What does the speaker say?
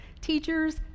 teachers